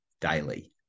daily